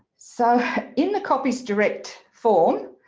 so in the copies direct form